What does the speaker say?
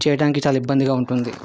చేయడానికి చాలా ఇబ్బందిగా ఉంటుంది